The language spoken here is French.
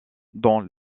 dans